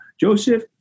Joseph